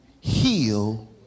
heal